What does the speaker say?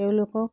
তেওঁলোকক